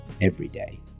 everyday